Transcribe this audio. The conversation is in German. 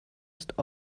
ist